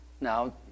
now